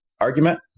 argument